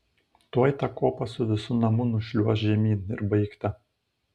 tuoj tą kopą su visu namu nušliuoš žemyn ir baigta